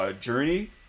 Journey